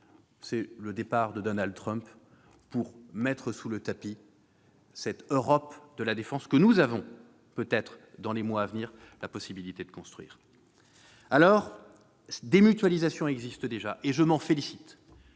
chose, le départ de Donald Trump pour mettre sous le tapis cette Europe de la défense que nous avons peut-être, dans les mois à venir, la possibilité de construire. Des mutualisations existent déjà, je m'en félicite.